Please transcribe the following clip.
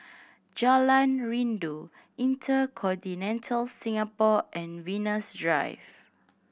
Jalan Rindu InterContinental Singapore and Venus Drive